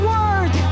Word